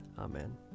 Amen